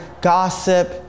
gossip